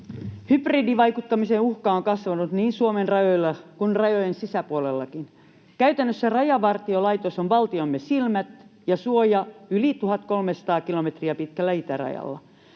Hybridivaikuttamisen uhka on kasvanut niin Suomen rajoilla kuin rajojen sisäpuolellakin. Käytännössä Rajavartiolaitos on valtiomme silmät ja suoja yli 1 300 kilometriä pitkällä itärajalla.